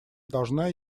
должна